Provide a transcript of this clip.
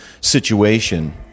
situation